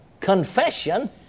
confession